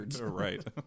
right